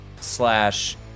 slash